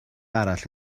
arall